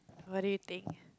what do you think